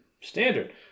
Standard